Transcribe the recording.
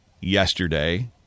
yesterday